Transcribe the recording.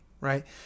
right